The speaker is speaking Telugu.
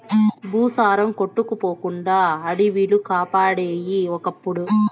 భూసారం కొట్టుకుపోకుండా అడివిలు కాపాడేయి ఒకప్పుడు